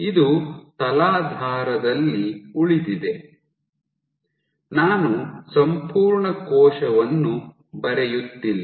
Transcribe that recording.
ಇದು ತಲಾಧಾರದಲ್ಲಿ ಉಳಿದಿದೆ ನಾನು ಸಂಪೂರ್ಣ ಕೋಶವನ್ನು ಬರೆಯುತ್ತಿಲ್ಲ